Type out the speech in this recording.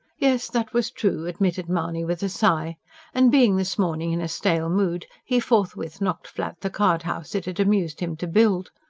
yes, that was true, admitted mahony with a sigh and being this morning in a stale mood, he forthwith knocked flat the card-house it had amused him to build.